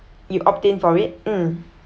you opt in for it mm